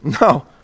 no